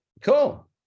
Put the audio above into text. cool